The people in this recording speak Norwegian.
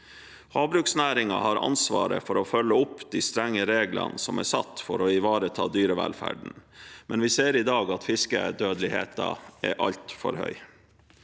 Havbruksnæringen har ansvaret for å følge opp de strenge reglene som er satt for å ivareta dyrevelferden, men vi ser i dag at fiskedødeligheten er altfor høy.